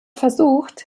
versucht